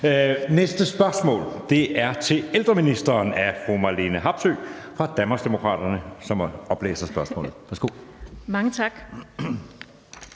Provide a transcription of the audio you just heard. næste spørgsmål er til ældreministeren af fru Marlene Harpsøe fra Danmarksdemokraterne. Kl. 16:28 Spm. nr. S 497